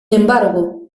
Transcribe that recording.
embargo